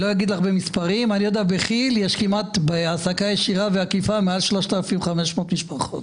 בכי"ך יש בהעסקה ישירה ועקיפה מעל 3,500 משפחות.